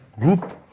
group